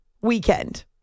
weekend